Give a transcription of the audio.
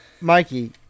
Mikey